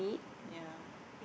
ya